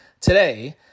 today